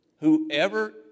Whoever